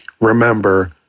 remember